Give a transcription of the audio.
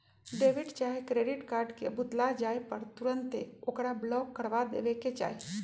debit चाहे credit card के भुतला जाय पर तुन्ते ओकरा ब्लॉक करबा देबेके चाहि